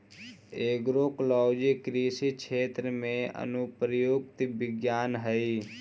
agroecology कृषि क्षेत्र में अनुप्रयुक्त विज्ञान हइ